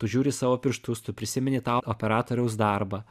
tu žiūri į savo pirštus tu prisimeni tą operatoriaus darbą